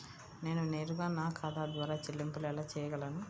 నేను నేరుగా నా ఖాతా ద్వారా చెల్లింపులు ఎలా చేయగలను?